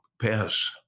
pass